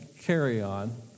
carry-on